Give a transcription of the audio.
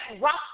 rock